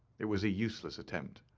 it was a useless attempt.